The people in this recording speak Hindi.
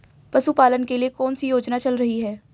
पशुपालन के लिए कौन सी योजना चल रही है?